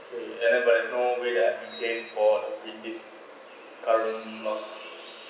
okay then but there is no way I can claim for with this current amount